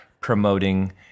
promoting